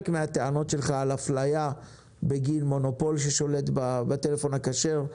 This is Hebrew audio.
מהטענות שלך על אפליה בגין מונופול ששולט בטלפון הכשר,